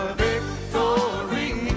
victory